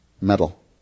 metal